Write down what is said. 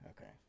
Okay